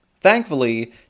Thankfully